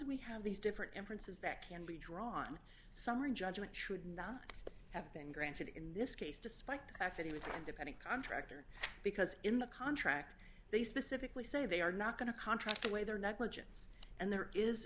we have these different inferences that can be drawn summary judgment should not have been granted in this case despite the fact that he was an independent contractor because in the contract they specifically say they are not going to contract away their negligence and there is